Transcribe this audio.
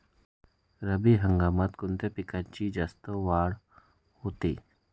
रब्बी हंगामात कोणत्या पिकांची जास्त प्रमाणात वाढ होते?